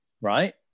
right